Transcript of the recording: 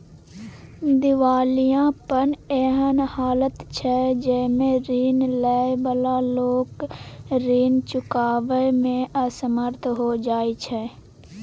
दिवालियापन एहन हालत छइ जइमे रीन लइ बला लोक रीन चुकाबइ में असमर्थ हो जाइ छै